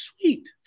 sweet